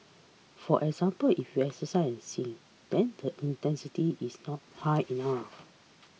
for example if you exercise sing then the intensity is not high enough